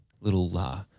little